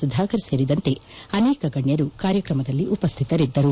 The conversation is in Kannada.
ಸುಧಾಕರ್ ಸೇರಿದಂತೆ ಅನೇಕ ಗಣ್ಣರು ಕಾರ್ಯಕ್ರಮದಲ್ಲಿ ಉಪಸ್ಥಿತರಿದ್ದರು